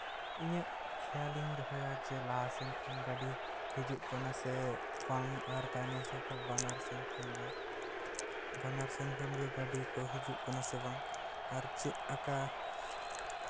ᱤᱧᱟᱹᱜ ᱠᱷᱮᱭᱟᱞ ᱤᱧ ᱫᱚᱦᱚᱭᱟ ᱡᱮ ᱞᱟᱦᱟ ᱥᱮᱱ ᱠᱷᱚᱱ ᱜᱟᱹᱰᱤ ᱦᱤᱡᱩᱜ ᱠᱟᱱᱟ ᱥᱮ ᱵᱟᱝ ᱟᱨ ᱛᱟᱭᱱᱚᱢ ᱥᱮᱜ ᱠᱷᱚᱱ ᱵᱟᱱᱟᱨ ᱥᱮᱱ ᱠᱷᱚᱱᱜᱮ ᱵᱟᱱᱟᱨ ᱥᱮᱱ ᱠᱷᱚᱱᱜᱮ ᱜᱟᱹᱰᱤ ᱠᱚ ᱦᱤᱡᱩᱜ ᱠᱟᱱᱟ ᱥᱮ ᱵᱟᱝ ᱟᱨ ᱪᱮᱫ ᱟᱸᱠᱟ